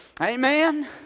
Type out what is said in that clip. Amen